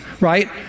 right